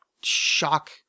shock